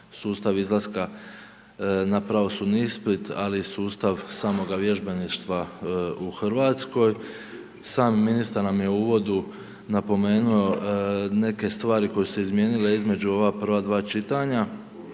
sustavu izlaska na pravosudni ispit ali i sustav samoga vježbeništva u Hrvatskoj. Sam ministar nam je u uvodu napomenuo neke stvari koje su se izmijenile između ova prva dva čitanja